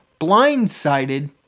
blindsided